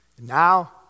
Now